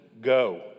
Go